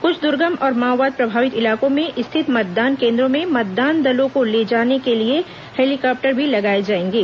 कुछ द्र्गम और माओवाद प्रभावित इलाकों में स्थित मतदान केन्द्रों में मतदान दलों को ले जाने के लिए हेलीकॉप्टर भी लगाएं जाएंगे